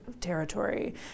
territory